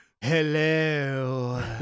hello